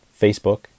Facebook